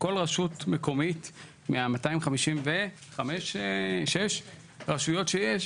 כל רשות מקומית מ-256 רשויות שיש,